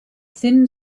thin